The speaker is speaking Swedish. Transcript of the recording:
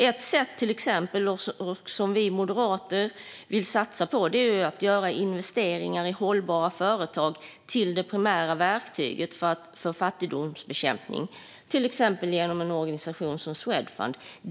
Ett sätt att göra detta på som vi moderater vill satsa på är att göra investeringar i hållbara företag till det primära verktyget för fattigdomsbekämpning, till exempel genom en organisation som Swedfund.